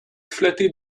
flattais